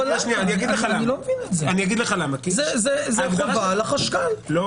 זה חובה על החשכ"ל.